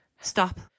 Stop